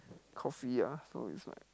coffee ah so it's like